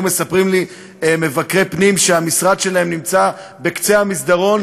מספרים לי מבקרי פנים שהמשרד שלהם נמצא בקצה המסדרון,